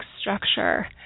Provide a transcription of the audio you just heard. structure